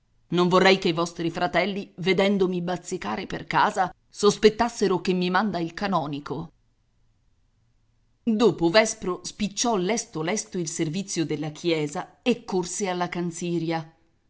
non vorrei che i vostri fratelli vedendomi bazzicare per casa sospettassero che mi manda il canonico dopo vespro spicciò lesto lesto il servizio della chiesa e corse alla canziria